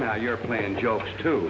now you're playing jokes to